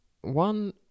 one